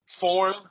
form